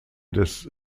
des